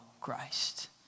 Christ